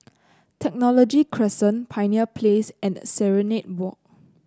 Technology Crescent Pioneer Place and Serenade Walk